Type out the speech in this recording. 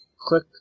click